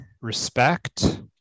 respect